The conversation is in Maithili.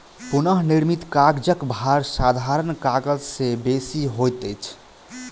पुनःनिर्मित कागजक भार साधारण कागज से बेसी होइत अछि